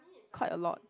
quite a lot